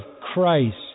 Christ